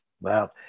Wow